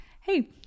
hey